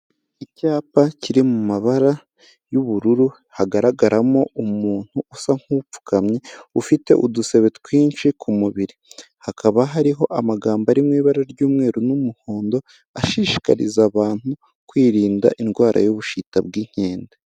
Icyapa kiri mu mabara y'ubururu, hagaragaramo umuntu usa nk'upfukamye ufite udusebe twinshi ku mubiri, hakaba hariho amagambo ari mu ibara ry'umweru n'umuhondo ashishikariza abantu kwirinda indwara y'ubushita bw'inkende.